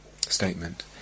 statement